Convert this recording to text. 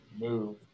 move